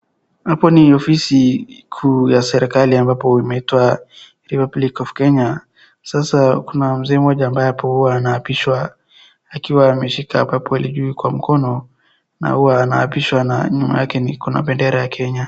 Hapo ni ofisi kuu ya serikali ambapo inaitwa Republic of Kenya, sasa kuna mzee mmoja hapo ambaye anaapishwa akiwa ameshika Bible juu kwa mkono na huwa anaapishwa na nyuma yake kuna bendera ya Kenya.